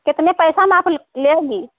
कितना पैसा में आप लोगी